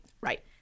Right